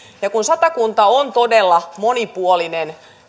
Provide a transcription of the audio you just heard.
kun satakunta on todella monipuolinen